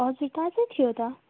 हजुर ताजै थियो त